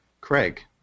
Craig